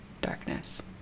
darkness